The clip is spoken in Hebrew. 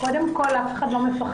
קודם כל , אף אחד לא מפחד.